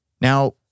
Now